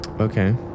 Okay